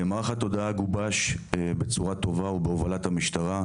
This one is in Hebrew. מערך התודעה גובש בצורה טובה ובהובלת המשטרה,